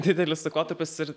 didelis laikotarpis ir